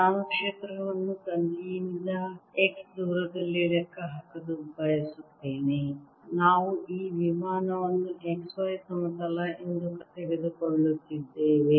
ನಾನು ಕ್ಷೇತ್ರವನ್ನು ತಂತಿಯಿಂದ x ದೂರದಲ್ಲಿ ಲೆಕ್ಕಹಾಕಲು ಬಯಸುತ್ತೇನೆ ನಾವು ಈ ವಿಮಾನವನ್ನು xy ಸಮತಲ ಎಂದು ತೆಗೆದುಕೊಳ್ಳುತ್ತಿದ್ದೇವೆ